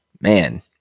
man